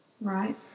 Right